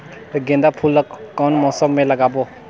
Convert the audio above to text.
गेंदा फूल ल कौन मौसम मे लगाबो?